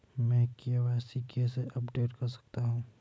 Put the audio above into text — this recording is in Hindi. मैं के.वाई.सी कैसे अपडेट कर सकता हूं?